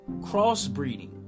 crossbreeding